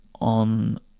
on